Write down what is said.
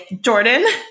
Jordan